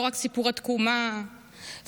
לא רק סיפור התקומה והחיים,